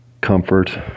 comfort